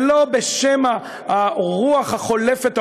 ולא בשם הרוח החולפת,